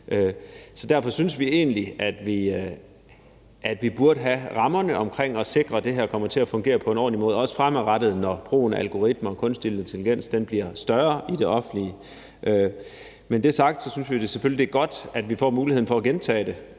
Så derfor synes vi egentlig, at vi burde have rammerne til at sikre, at det her kommer til at fungere på en ordentlig måde, også fremadrettet, når brugen af algoritmer og kunstig intelligens i det offentlige bliver større. Når det er sagt, synes vi selvfølgelig også, det er godt, at vi får muligheden for her fra